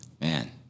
Man